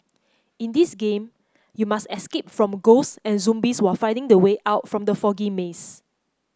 in this game you must escape from ghosts and zombies while finding the way out from the foggy maze